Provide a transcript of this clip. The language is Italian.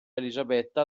elisabetta